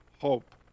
hope